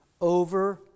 over